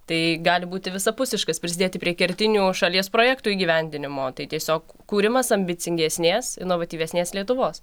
tai gali būti visapusiškas prisidėti prie kertinių šalies projektų įgyvendinimo tai tiesiog kūrimas ambicingesnės inovatyvesnės lietuvos